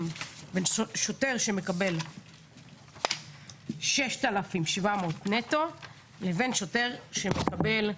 בין שוטר שמקבל 6,700 נטו לבין שוטר שמקבל,